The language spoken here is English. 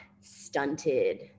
stunted